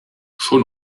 schon